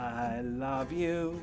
s i love you